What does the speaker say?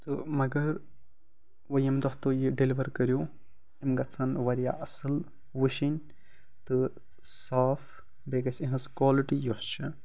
تہٕ مگر وۄنۍ ییٚمہِ دۄہ تُہۍ یہِ ڈِیلِوَر کٔرِو یِم گژھَن واریاہ اصٕل وُشِنۍ تہٕ صاف بیٚیہِ گژھِ یِہنٛز کالٹی یۄس چھِ